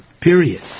period